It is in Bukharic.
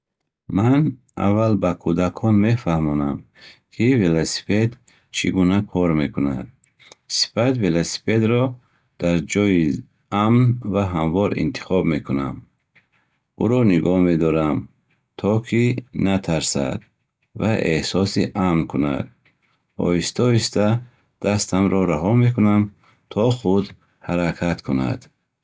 Ман аввал ба кӯдакам мефаҳмонам, ки велосипед чӣ гуна кор мекунад. Сипас, велосипедро дар ҷойи амн ва ҳамвор интихоб мекунам. Ӯро нигоҳ медорам, то ки натарсад ва эҳсоси амн кунад. Оҳиста-оҳиста дастамро раҳо мекунам, то худ ҳаракат кунад.